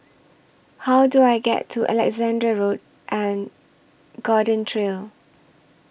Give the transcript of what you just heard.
How Do I get to Alexandra Road and Garden Trail